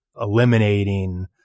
eliminating